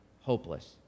hopeless